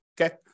Okay